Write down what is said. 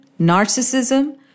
narcissism